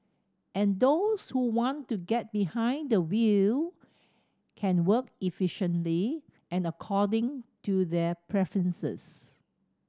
and those who want to get behind the wheel can work efficiently and according to their preferences